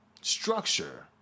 structure